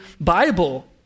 Bible